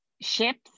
ships